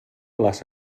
les